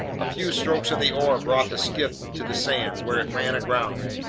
a few strokes of the oar brought the skiff to the sand, where it ran aground.